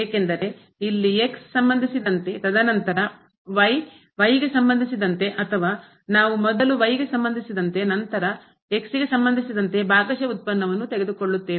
ಏಕೆಂದರೆ ಇಲ್ಲಿ ಸಂಬಂಧಿಸಿದಂತೆ ತದನಂತರ y ಗೆ ಸಂಬಂಧಿಸಿದಂತೆ ಅಥವಾ ನಾವು ಮೊದಲು ಗೆ ಸಂಬಂಧಿಸಿದಂತೆ ನಂತರ ಗೆ ಸಂಬಂಧಿಸಿದಂತೆ ಭಾಗಶಃ ವ್ಯುತ್ಪನ್ನವನ್ನು ತೆಗೆದುಕೊಳ್ಳುತ್ತೇವೆ